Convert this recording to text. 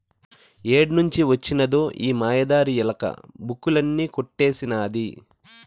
ఏడ్నుంచి వొచ్చినదో ఈ మాయదారి ఎలక, బుక్కులన్నీ కొట్టేసినాది